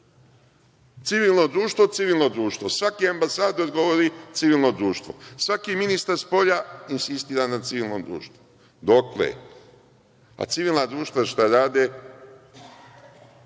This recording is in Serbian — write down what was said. građana. Civilno društvo, civilno društvo. Svaki ambasador govori - civilno društvo. Svaki ministar spolja insistira na civilnom društvu. Dokle? A civilna društva šta rade?